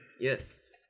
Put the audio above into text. Yes